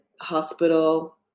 hospital